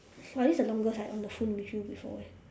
!wah! this is the longest I on the phone with you before eh